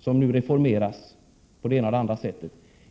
som nu reformeras på det ena och andra sättet?